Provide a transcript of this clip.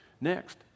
Next